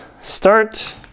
start